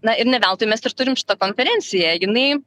na ir ne veltui mes ir turim šitą konferenciją jinai